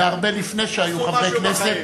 והרבה לפני שהיו חברי כנסת,